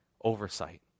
oversight